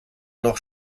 noch